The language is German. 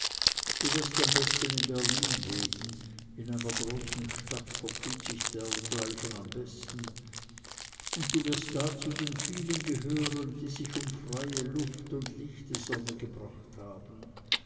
du wirst am besten in berlin leben in einer großen stadt vertut sich dergleichen am besten und wirst da zu den vielen gehören die sich um freie luft und lichte sonne gebracht haben